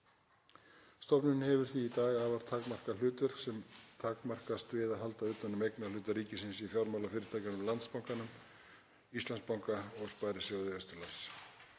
Stofnunin hefur því í dag afar takmarkað hlutverk sem afmarkast við að halda utan um eignarhluta ríkisins í fjármálafyrirtækjum; í Landsbankanum, Íslandsbanka og Sparisjóði Austurlands.